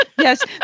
Yes